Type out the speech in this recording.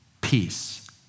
peace